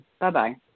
bye-bye